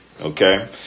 Okay